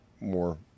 more